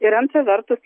ir antra vertus